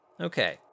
Okay